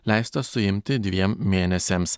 leista suimti dviem mėnesiams